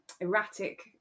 erratic